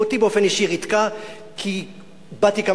שאותי באופן אישי ריתקה,